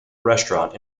restaurant